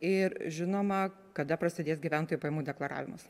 ir žinoma kada prasidės gyventojų pajamų deklaravimas